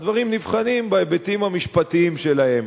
והדברים נבחנים בהיבטים המשפטיים שלהם.